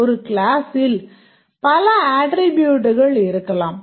ஒரு க்ளாஸில் பல அட்ரிபூட்க்கள் இருக்கலாம்